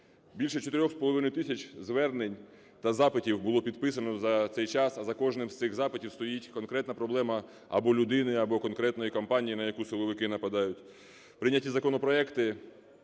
Більше 4,5 тисяч звернень та запитів було підписано за цей час, а за кожним з цих запитів стоїть конкретна проблема або людини, або конкретної компанії, на яку силовики нападають. Прийняті законопроекти,